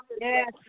Yes